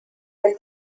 del